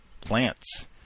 plants